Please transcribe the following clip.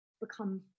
become